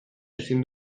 ezin